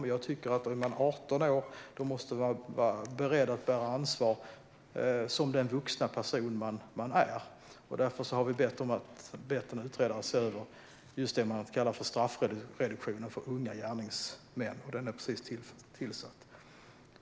Är man 18 år tycker jag att man måste vara beredd att bära ansvar som den vuxna person man är, och därför har vi precis tillsatt en utredare för att se över just det man kallar för straffreduktion för unga gärningsmän.